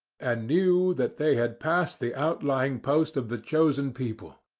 and knew that they had passed the outlying post of the chosen people,